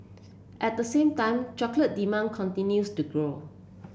at the same time chocolate demand continues to grow